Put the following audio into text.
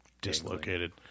dislocated